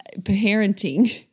parenting